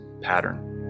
pattern